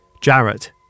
Jarrett